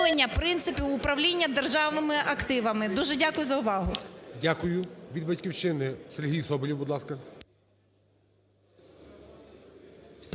Дякую. Від "Батьківщини" Сергій Соболєв, будь ласка.